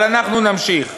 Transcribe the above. אבל אנחנו נמשיך.